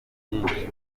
byinshi